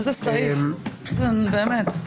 איזה סעיף, באמת.